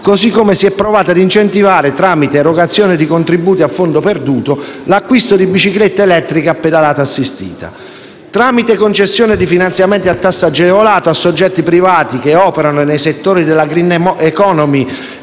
così come si è provato ad incentivare, tramite erogazione di contributi a fondo perduto, l'acquisto di biciclette elettriche a pedalata assistita. Tramite concessione di finanziamenti a tasso agevolato a soggetti privati che operano nei settori della *green* *economy*